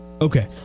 Okay